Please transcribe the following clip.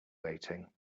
waiting